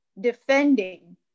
defending